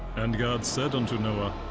and god said unto noah,